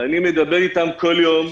אני מדבר איתם בכל יום.